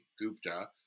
Gupta